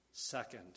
second